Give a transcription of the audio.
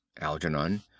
Algernon